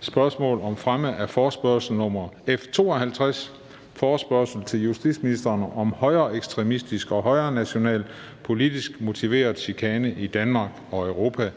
Spørgsmål om fremme af forespørgsel nr. F 52: Forespørgsel til justitsministeren om højreekstremistisk og højrenational politisk motiveret chikane i Danmark og Europa.